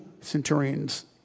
centurions